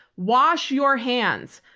wash your hands.